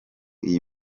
iyi